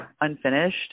unfinished